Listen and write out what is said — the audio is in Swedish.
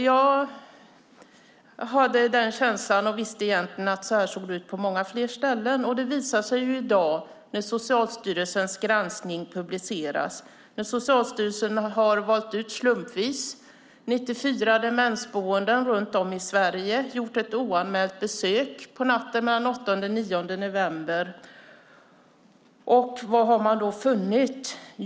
Jag hade den känslan, och visste egentligen, att det såg ut så här på många fler ställen, och det visar sig i dag när Socialstyrelsens granskning publiceras. Socialstyrelsen har slumpvis valt ut 94 demensboenden runt om i Sverige och gjort ett oanmält besök på natten mellan den 8 och 9 november. Vad har man då funnit?